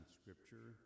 scripture